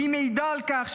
והיא מעידה על כך,